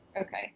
Okay